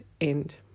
end